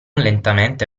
lentamente